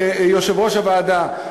יושב-ראש הוועדה,